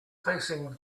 facing